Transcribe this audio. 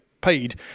paid